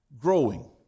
growing